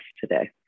today